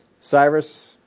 Cyrus